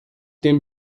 den